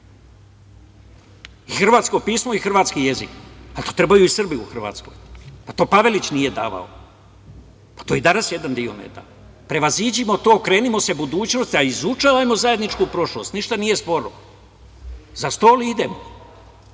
i hrvatsko pismo i hrvatski jezik, to trebaju i Srbi u Hrvatskoj. To Pavelić nije davao. To i danas jedan deo ne da. Prevaziđimo to, okrenimo se budućnosti, izučavajmo zajedničku prošlost, ništa nije sporno. Idemo